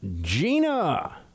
Gina